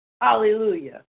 Hallelujah